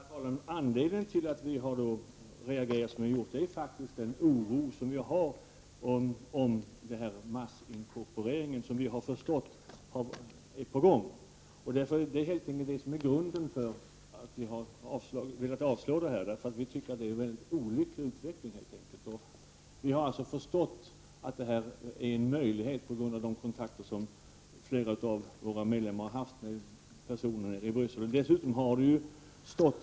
Herr talman! Anledningen till att vi i miljöpartiet har reagerat såsom vi har gjort är faktiskt den oro vi känner angående den massinkorporering som vi har förstått är på gång. Det är helt enkelt detta som är grunden till att vi vill att riksdagen skall avslå förslaget. Vi menar nämligen att det helt enkelt är en mycket olycklig utveckling. På grund av de kontakter som flera av partiets medlemmar har haft med personer nere i Bryssel har vi förstått att detta är en möjlighet.